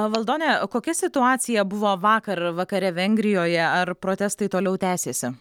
valdone kokia situacija buvo vakar vakare vengrijoje ar protestai toliau tęsėsi